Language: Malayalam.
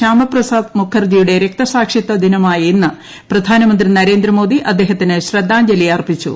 ശ്യാമപ്രസാദ് മുഖർജിയുടെ രക്തസാക്ഷിത്വ ദിനമായ് ഇന്ന് പ്രധാനമന്ത്രി നരേന്ദ്രമോദി അദ്ദേഹത്തിന് ശ്രദ്ധാജ്ഞലി അർപ്പിച്ചു